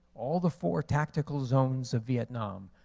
all the four tactical zones of vietnam,